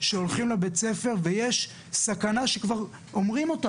שהולכים לבית הספר ויש סכנה שכבר אומרים אותה.